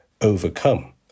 overcome